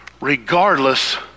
regardless